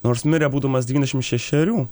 nors mirė būdamas devyniašim šešerių